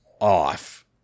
off